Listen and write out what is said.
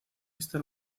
esta